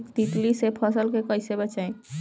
तितली से फसल के कइसे बचाई?